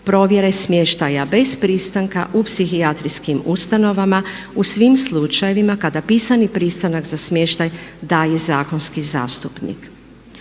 provjere smještaja bez pristanka u psihijatrijskim ustanovama u svim slučajevima kada pisani pristanak za smještaj daje zakonski zastupnik.